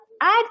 add